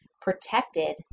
protected